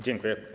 Dziękuję.